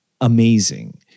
amazing